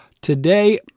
Today